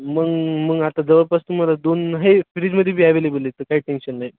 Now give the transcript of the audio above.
मग मग आता जवळपास तुम्हाला दोन हे फ्रीजमध्ये बी एवेलेबल आहे काही टेन्शन नाही